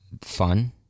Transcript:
fun